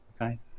Okay